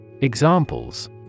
Examples